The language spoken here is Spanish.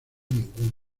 ningún